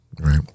Right